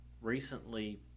recently